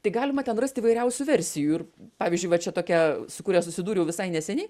tai galima ten rast įvairiausių versijų ir pavyzdžiui va čia tokia su kuria susidūriau visai neseniai